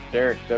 Derek